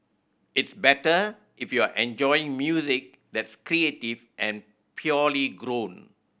it's better if you're enjoying music that's creative and purely grown